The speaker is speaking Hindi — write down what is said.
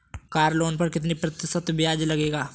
कार लोन पर कितने प्रतिशत ब्याज लगेगा?